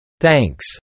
Thanks